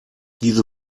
diese